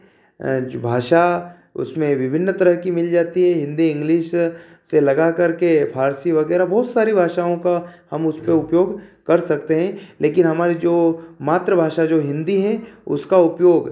जो भाषा उसमें विभिन्न तरह की मिल जाती है हिंदी इंग्लिस से लगा करके फ़ारसी वगैरह बहुत सारी भाषाओं का हम उसपे उपयोग कर सकते हैं लेकिन हमारी जो मातृभाषा जो हिंदी हैं उसका उपयोग